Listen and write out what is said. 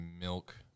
milk